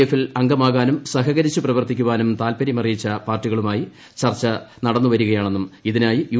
എഫിൽ അംഗമാകാനും സഹകരിച്ചു പ്രവർത്തിക്കാനും താത്പര്യം അറിയിച്ച പാർട്ടികളുമായി ചർച്ച നടന്നുവരുകയാണെന്നും ഇതിനായി യു